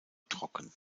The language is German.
trocken